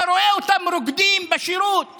אתה רואה אותם רוקדים בשירות,